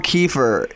Kiefer